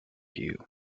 you